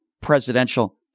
presidential